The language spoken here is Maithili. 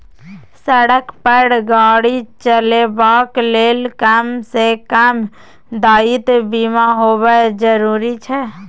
सड़क पर गाड़ी चलेबाक लेल कम सँ कम दायित्व बीमा होएब जरुरी छै